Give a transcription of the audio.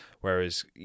Whereas